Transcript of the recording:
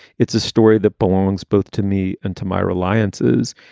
it's a story that belongs both to me and to my reliance is.